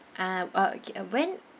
ah okay uh when